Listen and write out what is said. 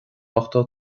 ochtó